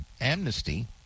amnesty